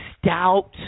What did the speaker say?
stout